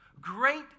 Great